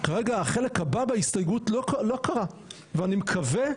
כרגע החלק הבא בהסתייגות לא קרה ואני מקווה,